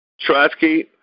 Trotsky